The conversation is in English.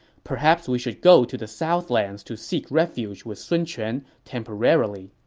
perhaps we should go to the southlands to seek refuge with sun quan temporarily.